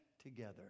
together